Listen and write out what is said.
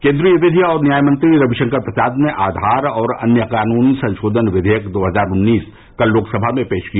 केन्द्रीय विधि और न्यायमंत्री रविशंकर प्रसाद ने आधार और अन्य कानून संशोधन विधेयक दो हजार उन्नीस कल लोकसभा में पेश किया